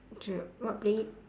the what playlist